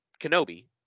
Kenobi